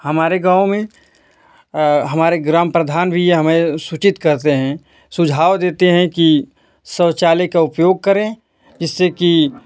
हमारे गाँव में हमारे ग्राम प्रधान भी ये हमें सूचित करते हैं सुझाव देते हैं कि शौचालय का उपयोग करें जिससे कि